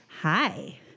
Hi